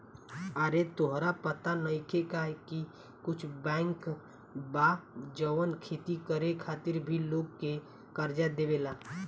आरे तोहरा पाता नइखे का की कुछ बैंक बा जवन खेती करे खातिर भी लोग के कर्जा देवेला